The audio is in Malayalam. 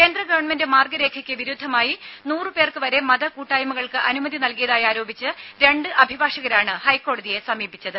കേന്ദ്ര ഗവൺമെന്റ് മാർഗ രേഖയ്ക്ക് വിരുദ്ധമായി നൂറു പേർക്കു വരെ മത കൂട്ടായ്മകൾക്ക് അനുമതി നൽകിയതായി ആരോപിച്ച് രണ്ട് അഭിഭാഷകരാണ് ഹൈക്കോടതിയെ സമീപിച്ചത്